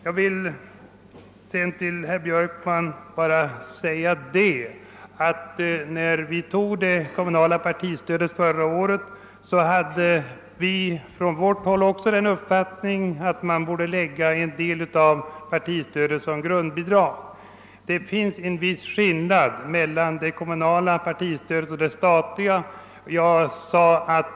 Till herr Björkman vill jag bara säga att när riksdagen förra året tog det kommunala partistödet föreslog vi från vårt håll att en del av partistödet borde utformas som ett grundbidrag. Det finns en viss skillnad mellan kommunalt och statligt partistöd.